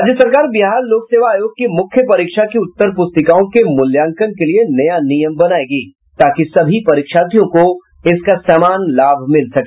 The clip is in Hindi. राज्य सरकार बिहार लोक सेवा आयोग की मुख्य परीक्षा की उत्तरप्रस्तिकाओं के मूल्यांकन के लिए नया नियम बनायेगी ताकि सभी परीक्षार्थियों को इसका समान लाभ मिल सके